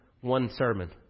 one-sermon